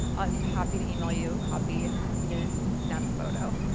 i'm happy to email you a copy if you didn't snap the photo.